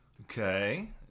okay